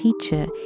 teacher